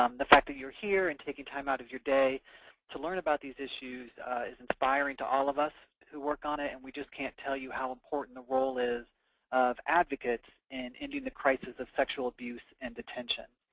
um the fact that you're here and taking time out of your day to learn about these issues is inspiring to all of us who work on it, and we just can't tell you how important the role is of advocates in and ending the crisis of sexual abuse in and detention.